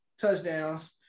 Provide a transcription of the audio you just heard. touchdowns